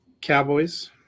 Cowboys